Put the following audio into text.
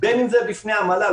בין אם זה בפני המל"ל,